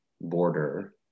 border